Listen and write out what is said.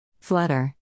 Flutter